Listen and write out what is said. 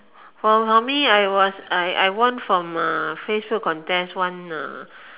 for for me I was was I won from Facebook contest one